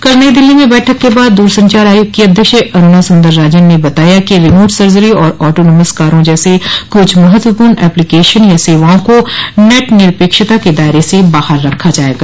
कल नई दिल्ली में बैठक के बाद दूरसंचार आयोग की अध्यक्ष अरुणा सुंदर राजन ने बताया कि रिमोट सर्जरी और ऑटोनोमस कारों जैसे कुछ महत्वपूर्ण एप्लीकेशन या सेवाओं को नेट निरपेक्षता के दायरे से बाहर रखा जाएगा